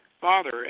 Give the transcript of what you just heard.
Father